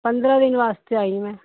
ਪੰਦਰ੍ਹਾਂ ਦਿਨ ਵਾਸਤੇ ਆਈ ਮੈਂ